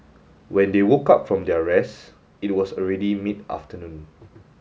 when they woke up from their rest it was already mid afternoon